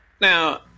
Now